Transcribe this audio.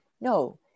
No